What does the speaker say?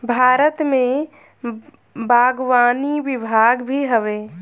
भारत में बागवानी विभाग भी हवे